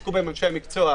שעסקו בהן אנשי מקצוע,